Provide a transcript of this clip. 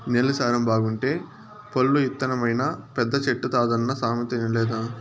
నేల సారం బాగుంటే పొల్లు ఇత్తనమైనా పెద్ద చెట్టైతాదన్న సామెత ఇనలేదా